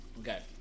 Okay